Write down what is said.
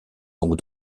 donc